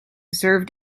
served